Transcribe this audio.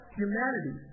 humanity